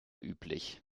üblich